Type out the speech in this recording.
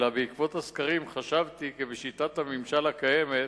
אלא בעקבות הסקרים חשבתי שבשיטת הממשל הקיימת